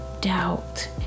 doubt